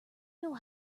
know